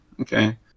okay